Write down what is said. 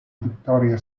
victoria